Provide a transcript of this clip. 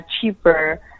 cheaper